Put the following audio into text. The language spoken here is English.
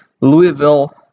Louisville